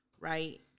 Right